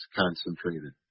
concentrated